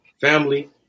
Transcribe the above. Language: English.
family